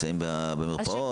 במרפאות?